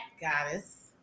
goddess